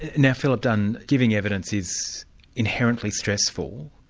and now philip dunn, giving evidence is inherently stressful,